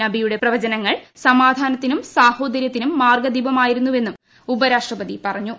നബിയുടെ വചനങ്ങൾ സമാധാന ത്തിനും സാഹോദര്യത്തിനും മാർഗ്ഗദീപമായിരിക്കുമെന്ന് ഉപരാഷ്ട്രപതി പറഞ്ഞു